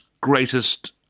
greatest